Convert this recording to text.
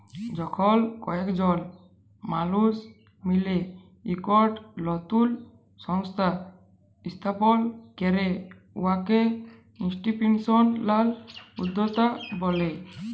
যখল কয়েকজল মালুস মিলে ইকট লতুল সংস্থা ইস্থাপল ক্যরে উয়াকে ইলস্টিটিউশলাল উদ্যক্তা ব্যলে